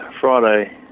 Friday